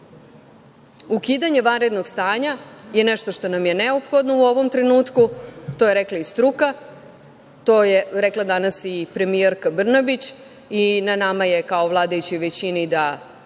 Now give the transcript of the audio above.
Ukidanje vanrednog stanja je nešto što nam je neophodno u ovom trenutku, to je rekla i struka, to je rekla danas i premijerka Brnabić i na nama je kao vladajućoj većini da